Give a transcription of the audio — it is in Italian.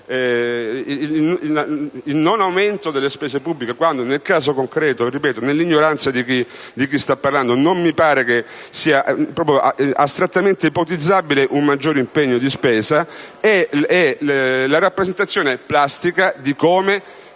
il non aumento delle spese pubbliche, quando nel caso concreto - nell'ignoranza di chi sta parlando - non mi pare che sia astrattamente ipotizzabile un maggiore impegno di spesa, è la rappresentazione plastica di come